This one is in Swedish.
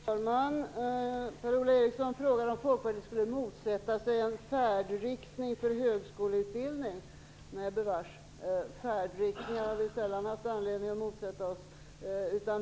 Fru talman! Per-Ola Eriksson frågar om Folkpartiet skulle motsätta sig en färdriktning för högskoleutbildning. Nej, bevars, färdriktningar har vi sällan haft anledning att motsätta oss.